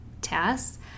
tasks